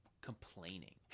complaining